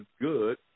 good